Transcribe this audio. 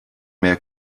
mehr